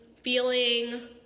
feeling